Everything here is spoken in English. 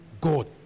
God